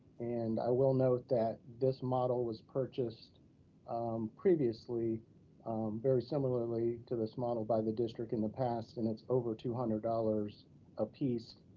and i will note that this model was purchased previously very similarly to this model by the district in the past and it's over two hundred dollars a piece,